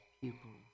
pupils